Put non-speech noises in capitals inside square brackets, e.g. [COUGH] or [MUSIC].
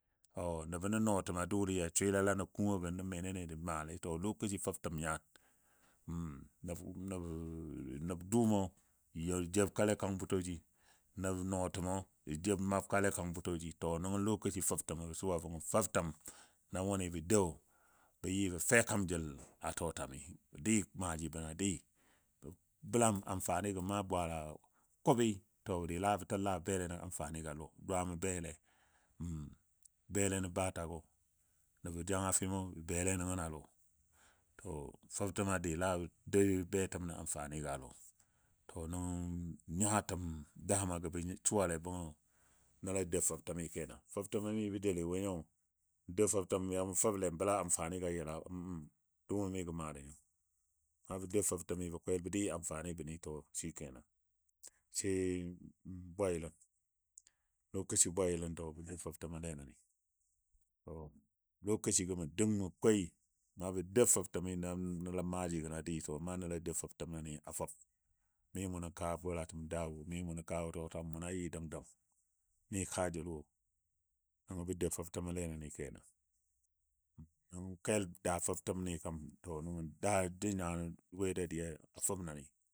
Tɔ nəbo nən nɔɔtəm a dʊli ja swɨlala kungɔgo nən menene jə maale. Tɔ lokaci fəbtəm nyan. [UNINTELLIGIBLE] nəb duumɔ jəbkale a kan bʊtɔ jin, nəb nɔɔtəmɔ jə jeb mabkale a kan bʊtɔ jin, tɔ nəngɔ lokaᴄi fəbtəmi bə suwa bəngɔ fəbtəm na wuni bə dou bə fekam jəl nən a tɔtwami. Bə dɨɨ maajigo bə dɨɨ bəlam amfanigɔ na bwaala kʊbɨ, tɔ dɨ la bə təl la bə bele nən amfanigɔ a lɔ dwaamo bele [HESITATION] bə bele nən batagɔ, nəb jangafɨno bele nən a lɔ tɔ fəbtəmɔ dɨ la dou betəm nən amfanigɔ lɔ. Tɔ nəngo nyatəm damagɔ bə suwale bəngo nəl a dau fəbtəmi kenan. Fəbtəmɔ mi bə doule wo nyo, n dou fəbtəm ya mu fəble n bəla amfanigo a yɨla [HESITATION] dʊʊmo mi gə maale nyo na bə dou fəbtəmi. Bə dɨɨ amfani shikenan. Sai [HESITATION] bwaayilən lokaci bwaayɨlən ba dou fəbtəmole nəni [NOISE] lokacigo mə dəng mə koi na bə dou fəbtəmi na maaji gəno dɨ sə na nəl a dou fəbtəm gəni a fəb, mi munə kaa bulatəm daa wo tɔtwam muno a yɨ dəng dəngjə mi kaajəl wo nəngo jə dou fəbtəmle nəni kenan [HESITATION] kel daa fəbtəm ni kam tɔ daa [UNINTELLIGIBLE] bwedadiya a fəbni